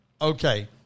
Okay